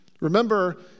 remember